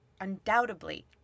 undoubtedly